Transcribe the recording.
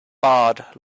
barred